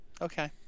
okay